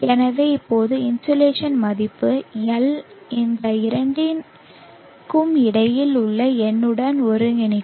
எனவே எப்போதும் இன்சோலேஷன் மதிப்பு எல் இந்த இரண்டிற்கும் இடையில் ஒரு எண்ணுடன் ஒருங்கிணைக்கும்